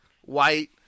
white